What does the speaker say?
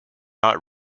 not